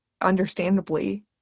understandably